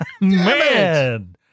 Man